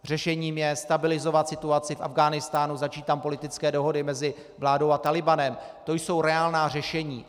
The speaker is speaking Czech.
Řešením je stabilizovat situaci v Afghánistánu, začít tam politické dohody mezi vládou a Talibanem, to jsou reálná řešení.